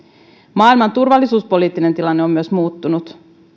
maailman turvallisuuspoliittinen tilanne on myös muuttunut